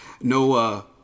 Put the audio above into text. No